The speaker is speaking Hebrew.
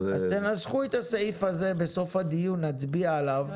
אז תנסחו את הסעיף הזה, בסוף הדיון נצביע עליו.